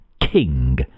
king